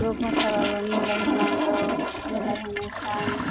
group मोसाबाबो मिलायहोनांगौ मिलायहोनो थान